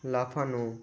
লাফানো